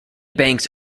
banks